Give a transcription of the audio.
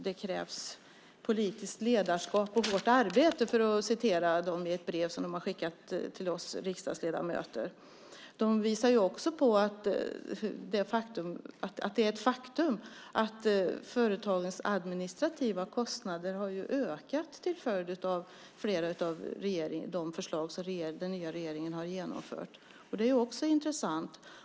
Det krävs politiskt ledarskap och hårt arbete, för att citera ett brev som har skickats till oss riksdagsledamöter. Man visar också på att det är ett faktum att företagens administrativa kostnader har ökat till följd av flera av de förslag som den nya regeringen har genomfört. Det är också intressant.